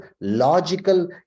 logical